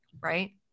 right